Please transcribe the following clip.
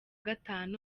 gatanu